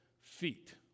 feet